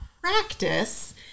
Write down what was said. practice